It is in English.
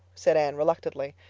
said anne reluctantly.